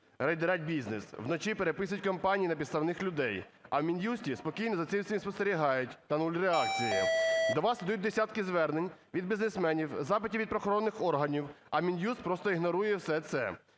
рейдерять бізнес, вночі переписують компанії на підставних людей, а в Мін'юсті спокійно за цим всім спостерігають – та нуль реакції. До вас ідуть десятки звернень від бізнесменів, запити від правоохоронних органів, а Мін'юст просто ігнорує все це.